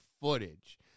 footage